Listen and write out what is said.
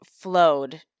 flowed